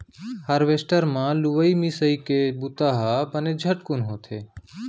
harvester म लुवई मिंसइ के बुंता ह बने झटकुन होथे